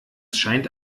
scheint